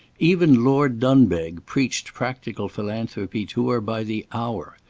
even lord dunbeg preached practical philanthropy to her by the hour.